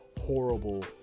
horrible